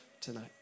tonight